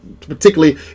particularly